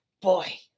boy